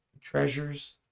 treasures